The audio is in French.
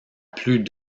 plus